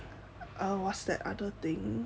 uh what's that other thing